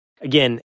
Again